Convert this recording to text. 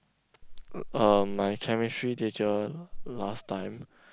uh my chemistry teacher last time